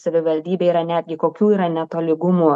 savivaldybėje yra netgi kokių yra netolygumų